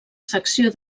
secció